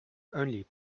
only